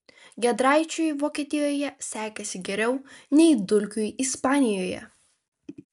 giedraičiui vokietijoje sekėsi geriau nei dulkiui ispanijoje